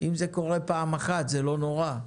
אם זה קורה פעם אחת, זה לא נורא,